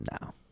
No